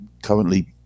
currently